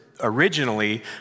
originally